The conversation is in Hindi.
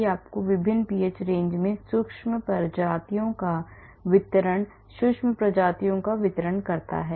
यह आपको विभिन्न pH रेंज में सूक्ष्म प्रजातियों का वितरण सूक्ष्म प्रजातियों का वितरण करता है